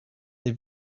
they